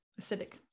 Acidic